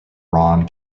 ron